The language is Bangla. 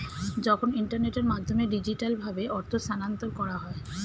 যখন ইন্টারনেটের মাধ্যমে ডিজিটালভাবে অর্থ স্থানান্তর করা হয়